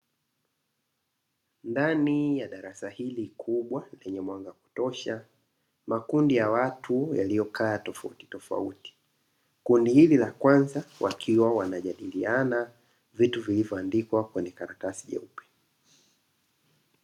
Ndani ya darasa hili kubwa lenye mwanga kutosha makundi ya watu yaliyokaa tofautitofauti, kundi hili la kwanza wakiwa wanajadiliana vitu vilivyoandikwa kwenye karatasi nyeupe.